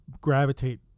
gravitate